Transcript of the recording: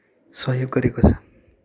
सहयोग गरेको छ